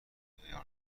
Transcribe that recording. داراییهای